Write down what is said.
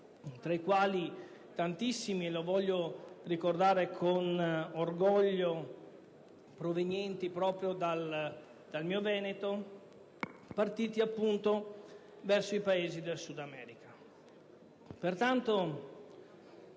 tra i quali tantissimi, lo voglio ricordare con orgoglio, provenienti proprio dal mio Veneto - partiti appunto verso i Paesi del Sud America.